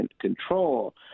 control